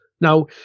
Now